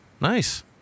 Nice